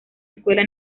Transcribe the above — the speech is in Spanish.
escuela